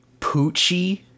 Poochie